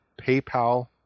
PayPal